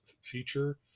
feature